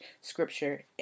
Scripture